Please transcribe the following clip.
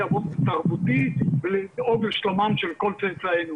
באופן תרבותי ולדאוג לשלומם של כל צאצאינו.